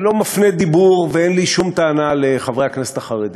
אני לא מפנה דיבור ואין לי שום טענה לחברי הכנסת החרדים,